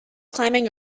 climbing